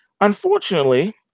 Unfortunately